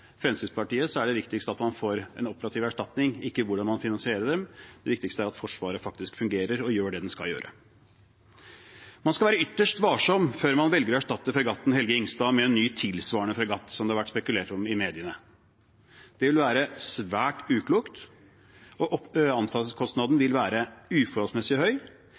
Fremskrittspartiet er det viktigst at man får en operativ erstatning, ikke hvordan man finansierer den. Det viktigste er at Forsvaret faktisk fungerer og gjør det det skal gjøre. Man skal være ytterst varsom før man velger å erstatte fregatten «Helge Ingstad» med en ny tilsvarende fregatt, som det har vært spekulert i mediene. Det vil være svært uklokt, og anskaffelseskostnaden vil være uforholdsmessig høy,